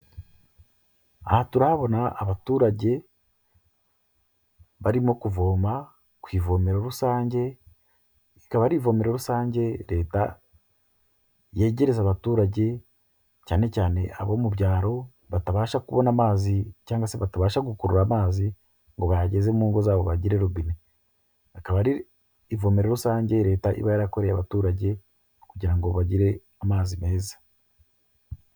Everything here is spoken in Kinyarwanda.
Aha turahabona abaturage barimo kuvoma ku ivomero rusange rikaba ari ivomero rusange leta yegereza abaturage cyane cyane abo mu byaro batabasha kubona amazi cyangwa se batabasha gukurura amazi ngo bayageze mu ngo zabo ,bagire rubine bakaba ari ivomero rusange leta iba yarakoreye abaturage kugira ngo bagire amazi meza.